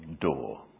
door